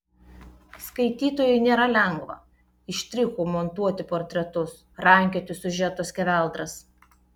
skaitytojui nėra lengva iš štrichų montuoti portretus rankioti siužeto skeveldras